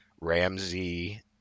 Ramsey